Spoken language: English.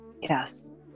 Yes